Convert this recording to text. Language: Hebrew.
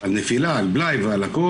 על נפילה, על בלאי והכל.